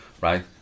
right